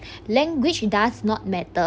language does not matter